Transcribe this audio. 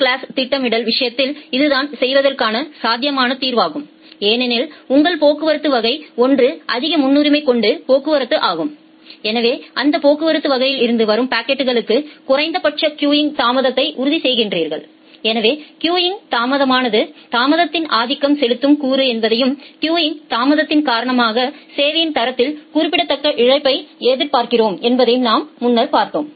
queuing தாமதத்தின் காரணமாக சேவையின் தரத்தில் குறிப்பிடத்தக்க இழப்பை எதிர்பார்க்கிறோம் என்பதையும் நாம் முன்னர் பார்த்தோம்